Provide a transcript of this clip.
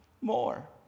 more